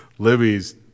Libby's